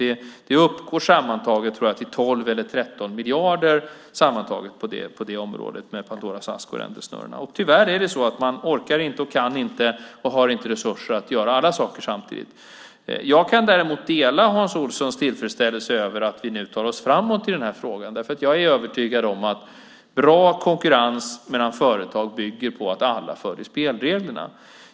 Jag tror att det sammantaget uppgår till 12 eller 13 miljarder på det här området med Pandoras ask och räntesnurrorna. Tyvärr orkar man inte, kan inte och har inte resurser att göra alla saker samtidigt. Jag kan däremot dela Hans Olssons tillfredsställelse över att vi nu tar oss framåt i den här frågan. Jag är nämligen övertygad om att bra konkurrens mellan företag bygger på att alla följer spelreglerna.